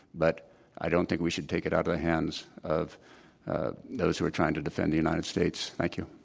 but i don't think we should take it out of the hands of those who are trying to defend the united states. thank you.